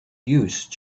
use